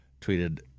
tweeted